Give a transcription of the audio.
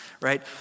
right